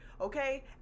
Okay